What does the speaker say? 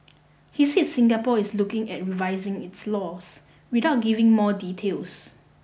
he said Singapore is looking at revising its laws without giving more details